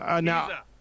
Now